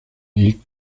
ilk